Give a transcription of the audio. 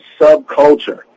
subculture